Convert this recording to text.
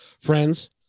friends